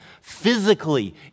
physically